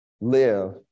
live